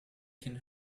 can